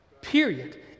Period